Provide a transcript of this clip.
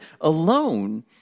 alone